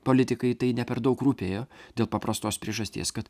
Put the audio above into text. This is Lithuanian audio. politikai tai ne per daug rūpėjo dėl paprastos priežasties kad